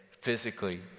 physically